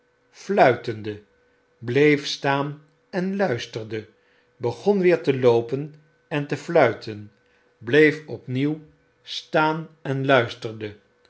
fluitende bleef staan en luisterde begon weer te loopen en te fluiten bleef opnieuw staan en luisterde